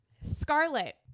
scarlet